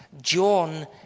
John